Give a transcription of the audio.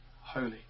holy